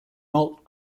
malt